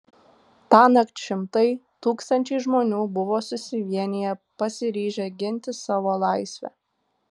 tąnakt šimtai tūkstančiai žmonių buvo susivieniję pasiryžę ginti savo laisvę